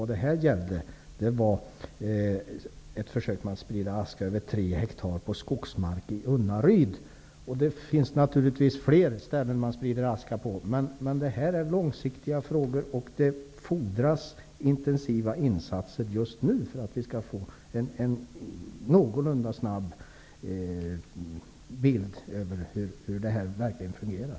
Det gällde här ett försök med att sprida aska över 3 hektar skogsmark i Unnaryd. Naturligtvis sprids det aska på fler ställen. Vad jag här tagit upp är långsiktiga frågor. Det fordras intensiva insatser just nu för att vi någorlunda snabbt skall kunna få en bild av hur detta verkligen fungerar.